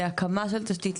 להקמה של תשתית,